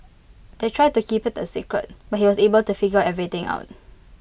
they tried to keep IT A secret but he was able to figure everything out